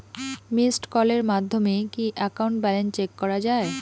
Missed কলের মাধ্যমে কি একাউন্ট ব্যালেন্স চেক করা যায়?